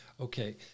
Okay